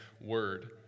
word